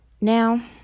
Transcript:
Now